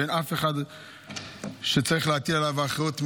ואין אף אחד שצריך להטיל עליו את האחריות,